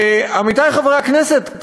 עמיתי חברי הכנסת,